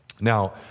Now